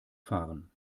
fahren